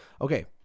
Okay